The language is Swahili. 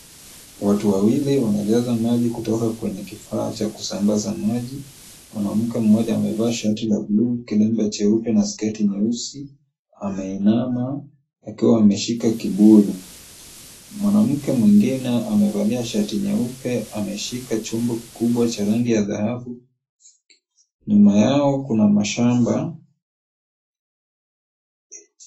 Watu wawili wanajaza maji kutoka kwenye kifaa cha kusambaza maji. Mwanamke mmoja amevaa shati la bluu, kilemba cheupe, na sketi nyeusi. Ameinama. Akiwa ameshika kibuyu. Mwanamke mwingine amevalia shati nyeupe, ameshika chombo kikubwa cha rangi ya dhahabu, nyuma yao kuna mashamba.